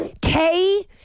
tay